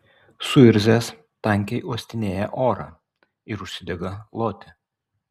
suirzęs tankiai uostinėja orą ir užsidega loti